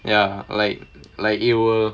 ya like like it will